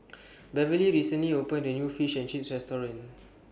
Beverlee recently opened A New Fish and Chips Restaurant